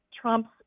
Trump's